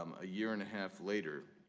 a year and a half later,